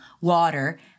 water